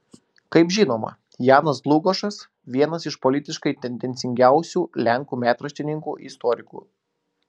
kaip žinoma janas dlugošas vienas iš politiškai tendencingiausių lenkų metraštininkų istorikų